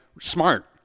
smart